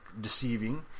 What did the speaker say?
deceiving